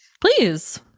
please